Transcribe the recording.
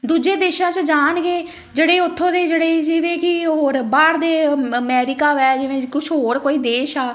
ਦੂਜੇ ਦੇਸ਼ਾਂ 'ਚ ਜਾਣਗੇ ਜਿਹੜੇ ਉੱਥੋਂ ਦੇ ਜਿਹੜੇ ਜਿਵੇਂ ਕਿ ਹੋਰ ਬਾਹਰ ਦੇ ਮਮੈਰੀਕਾ ਹੈ ਜਿਵੇਂ ਕੁਛ ਹੋਰ ਕੋਈ ਦੇਸ਼ ਆ